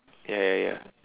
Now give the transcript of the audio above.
ya ya ya